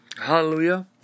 hallelujah